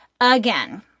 Again—